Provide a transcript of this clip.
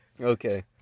Okay